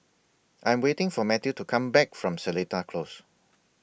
I Am waiting For Mathew to Come Back from Seletar Close